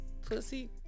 pussy